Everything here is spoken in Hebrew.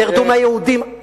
תרדו מהיהודים.